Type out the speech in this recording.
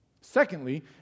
Secondly